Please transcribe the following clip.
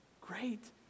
Great